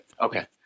Okay